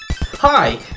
Hi